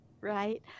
right